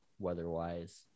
weather-wise